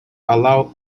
allow